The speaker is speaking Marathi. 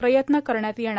प्रयत्न करण्यात येणार